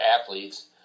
athletes